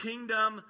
Kingdom